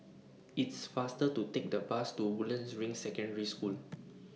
It's faster to Take The Bus to Woodlands Ring Secondary School